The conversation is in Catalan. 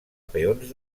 peons